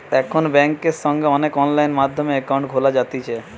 এখন বেংকে সঙ্গে সঙ্গে অনলাইন মাধ্যমে একাউন্ট খোলা যাতিছে